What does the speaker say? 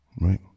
right